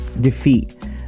defeat